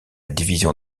division